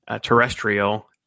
Terrestrial